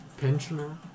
Pensioner